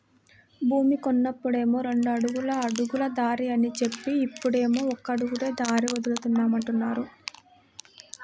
భూమి కొన్నప్పుడేమో రెండడుగుల అడుగుల దారి అని జెప్పి, ఇప్పుడేమో ఒక అడుగులే దారికి వదులుతామంటున్నారు